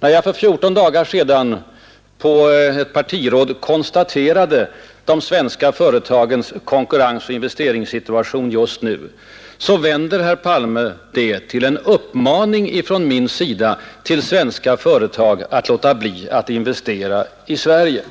När jag själv för fjorton dagar sedan på vårt partiråd belyste de svenska företagens konkurrensoch investeringssituation just nu, vänder herr Palme det till ”en uppmaning” från min sida till svenska företag att låta bli att investera i Sverige.